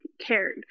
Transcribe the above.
cared